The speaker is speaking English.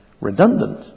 redundant